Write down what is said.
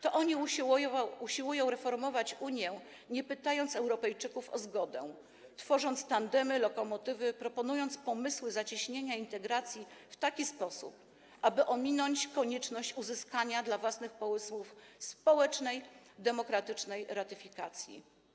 To oni usiłują reformować Unię, nie pytając Europejczyków o zgodę, tworząc tandemy, lokomotywy, proponując pomysły zacieśniania integracji w taki sposób, aby ominąć konieczność uzyskania dla własnych pomysłów społecznej demokratycznej ratyfikacji.